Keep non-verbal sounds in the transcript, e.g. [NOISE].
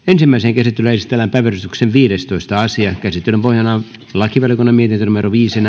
[UNINTELLIGIBLE] ensimmäiseen käsittelyyn esitellään päiväjärjestyksen viidestoista asia käsittelyn pohjana on lakivaliokunnan mietintö viisi [UNINTELLIGIBLE]